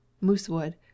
moosewood